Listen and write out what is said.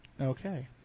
Okay